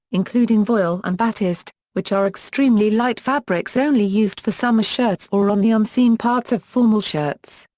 including voile and batiste, which are extremely light fabrics only used for summer shirts or on the unseen parts of formal shirts.